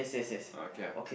oh okay ah